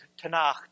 Tanakh